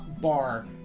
bar